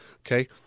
Okay